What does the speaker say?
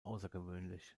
außergewöhnlich